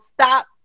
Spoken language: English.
stop